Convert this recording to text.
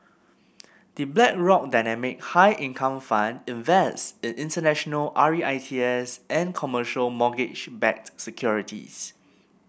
the Blackrock Dynamic High Income Fund invests in international R E I T S and commercial mortgage backed securities